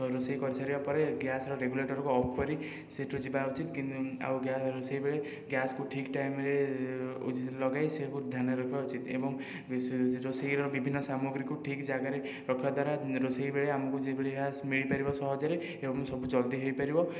ରୋଷେଇ କରି ସାରିବା ପରେ ଗ୍ୟାସର ରେଗୁଲେଟରକୁ ଅଫ୍ କରି ସେଇଠୁ ଯିବା ଉଚିତ କିଂ ଆଉ ଗ୍ୟା ରୋଷେଇବେଳେ ଗ୍ୟାସକୁ ଠିକ ଟାଇମରେ ଲଗାଇ ସେଇକୁ ଧ୍ୟାନରେ ରଖିବା ଉଚିତ ଏବଂ ରୋଷେଇର ବିଭିନ୍ନ ସାମଗ୍ରୀକୁ ଠିକ ଜାଗାରେ ରଖିବା ଦ୍ୱାରା ରୋଷେଇ ବେଳେ ଆମକୁ ଯେଉଁ ଭଳିଆ ମିଳିପାରିବ ସହଜରେ ଏବଂ ସବୁ ଜଲ୍ଦି ହୋଇପାରିବ